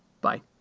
Bye